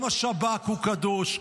גם השב"כ הוא קדוש,